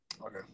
Okay